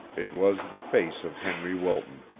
it was the face of henry wilton.